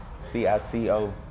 C-I-C-O